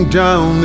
down